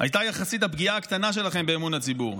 הייתה יחסית הפגיעה הקטנה שלכם באמון הציבור,